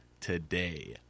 today